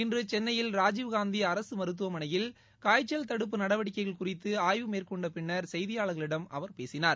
இன்று சென்னையில ராஜீவ்காந்தி அரசு மருத்துவமனையில் காய்ச்சல் தடுப்பு நடவடிக்கைகள் குறித்து ஆய்வு மேற்கொண்ட பின்னர் செய்தியாாள்களிடம் அவர் பேசினார்